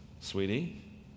sweetie